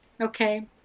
okay